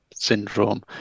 syndrome